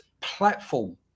platform